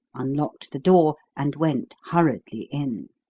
unlocked the door, and went hurriedly in.